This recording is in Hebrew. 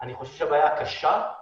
אני חושב שהבעיה הקשה היא